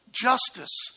justice